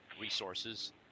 resources